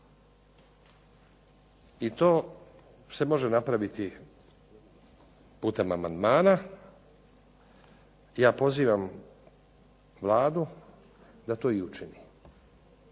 I to se može napraviti putem amandmana. Ja pozivam Vladu da to i učini.